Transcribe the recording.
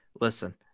Listen